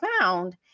found